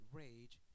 rage